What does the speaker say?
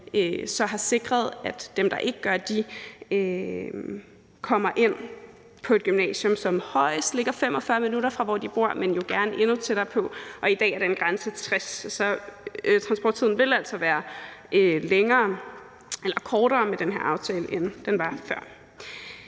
så har sikret, at dem, der ikke gør, kommer ind på et gymnasium, som højest ligger 45 minutter fra, hvor de bor, men jo gerne endnu tættere på. I dag er den grænse 60 km, så transporttiden vil altså være kortere med den her aftale, end den var før.